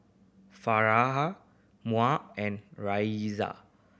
Farhanha Munah and Raiysa